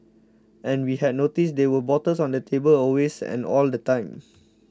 and we had noticed there were bottles on the table always and all the time